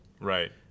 Right